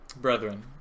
Brethren